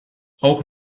auch